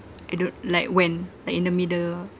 I don't like when like in the middle